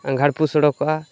ᱟᱸᱜᱷᱟᱲ ᱯᱩᱥ ᱩᱰᱩᱠᱚᱜᱼᱟ